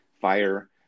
fire